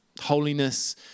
holiness